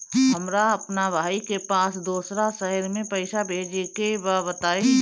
हमरा अपना भाई के पास दोसरा शहर में पइसा भेजे के बा बताई?